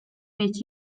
make